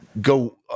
go